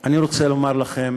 אני רוצה לומר לכם,